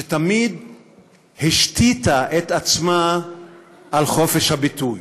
שתמיד השתיתה את עצמה על חופש הביטוי.